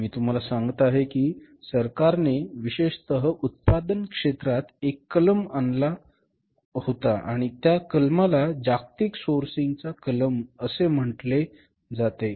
मी तुम्हाला सांगत आहे की सरकारने विशेषत उत्पादन क्षेत्रात एक कलम आणला होता आणि त्या कलमाला जागतिक सोर्सिंगचा कलम असे म्हटले जाते